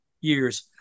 years